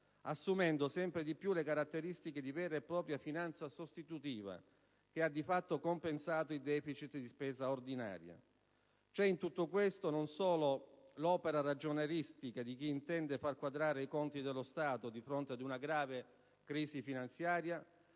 assumendo sempre di più le caratteristiche di vera e propria finanza sostitutiva, che ha di fatto compensato il *deficit* di spesa ordinaria. C'è in tutto questo non solo l'opera ragioneristica di chi intende far quadrare i conti dello Stato di fronte ad una grave crisi finanziaria,